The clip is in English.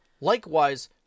likewise